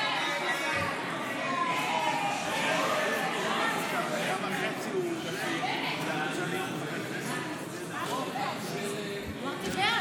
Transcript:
ההסתייגויות לסעיף 23 בדבר הפחתת תקציב לא נתקבלו.